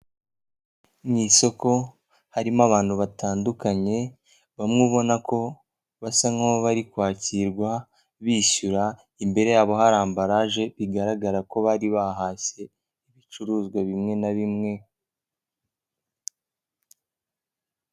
Ni isoko harimo abantu batandukanye, bamwe ubona ko basa nk'aho barimo kwakirwa bishyura, imbere yabo hari ambaralaje bigaragara ko bari bahashye ibicuruzwa bimwe na bimwe.